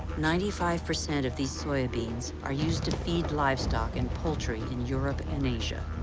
ninety five percent of these soybeans are used to feed livestock and poultry in europe and asia.